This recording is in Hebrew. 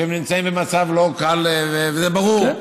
שהם נמצאים במצב לא קל, וזה ברור.